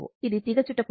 ఇది తీగచుట్ట పొడవు